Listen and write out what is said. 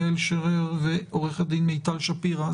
יעל שרר ועורכת הדין מיטל שפירא,